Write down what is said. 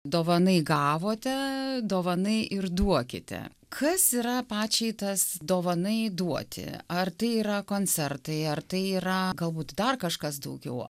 dovanai gavote dovanai ir duokite kas yra pačiai tas dovanai duoti ar tai yra koncertai ar tai yra galbūt dar kažkas daugiau